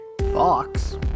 Fox